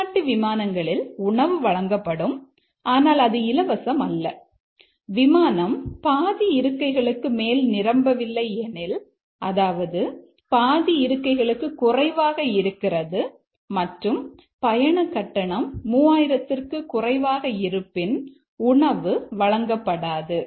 உள்நாட்டு விமானங்களில் உணவு வழங்கப்படும் ஆனால் அது இலவசம் அல்ல விமானம் பாதி இருக்கைகளுக்கு மேல் நிரம்பவில்லை எனில் அதாவது பாதி இருக்கைகளுக்கு குறைவாக இருக்கிறது மற்றும் பயண கட்டணம் 3000 ற்கு குறைவாக இருப்பின் உணவு வழங்கப்படாது